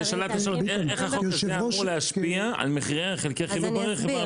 איך החוק הזה אמור להשפיע על מחירי חלקי חילוף ברכב?